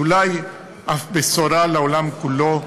ואולי אף בשורה לעולם כולו.